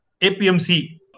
APMC